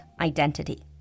identity